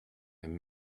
and